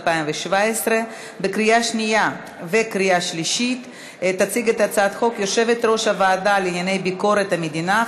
בקריאה שנייה ובקריאה שלישית ונכנסת לספר החוקים של מדינת ישראל.